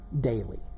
daily